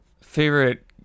Favorite